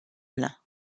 blanc